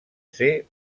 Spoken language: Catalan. ser